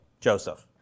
Joseph